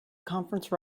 conference